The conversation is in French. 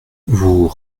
vous